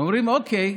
הם אומרים: אוקיי,